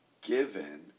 given